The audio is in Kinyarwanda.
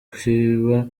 kiba